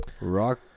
Rock